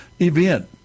event